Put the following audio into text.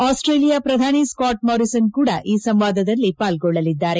Australia ಪ್ರಧಾನಿ Scott Morrison ಕೂಡ ಈ ಸಂವಾದದಲ್ಲಿ ಪಾಲ್ಗೊಳ್ಳಲಿದ್ದಾರೆ